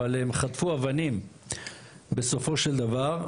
אבל הם חטפו אבנים בסופו של דבר,